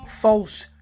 false